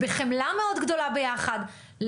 בחמלה מאוד גדולה ביחד,